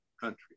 country